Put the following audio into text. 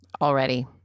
Already